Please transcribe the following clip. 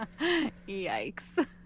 yikes